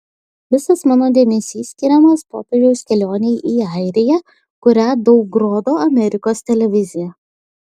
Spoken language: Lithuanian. visas mano dėmesys skiriamas popiežiaus kelionei į airiją kurią daug rodo amerikos televizija